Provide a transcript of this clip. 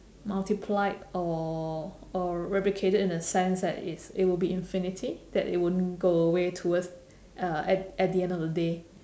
multiplied or or replicated in a sense that it's it would be infinity that it won't go away towards uh at at the end of the day